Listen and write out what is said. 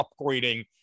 upgrading